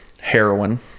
heroin